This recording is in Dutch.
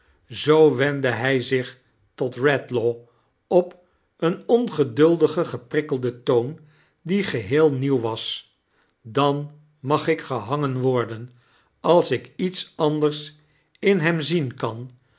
zoo wendde hij zioli tot redlaw op een ongeduldigen geprikkelden toon die geheei nieuw was dan mag ik gehangen warden als ik iets anders in hem zien kan